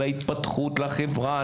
להתפתחות לחברה,